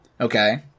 Okay